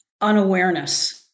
unawareness